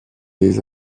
des